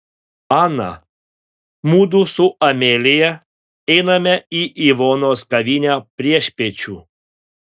ana mudu su amelija einame į ivonos kavinę priešpiečių